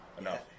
enough